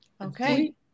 Okay